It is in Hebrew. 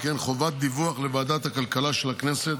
וכן חובת דיווח לוועדת הכלכלה של הכנסת